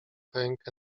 rękę